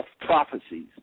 prophecies